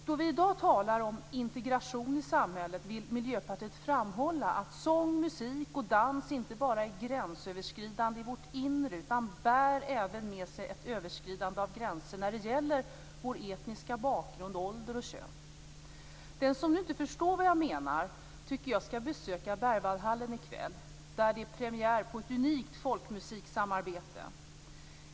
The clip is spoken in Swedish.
Då vi i dag talar om integration i samhället vill Miljöpartiet framhålla att sång, musik och dans inte bara är gränsöverskridande i vårt inre utan även bär med sig ett överskridande av gränser när det gäller vår etniska bakgrund, ålder och kön. Den som nu inte förstår vad jag menar tycker jag skall besöka Berwaldhallen i kväll där det är premiär på ett unikt folkmusiksamarbete.